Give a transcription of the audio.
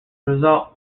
result